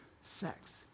sex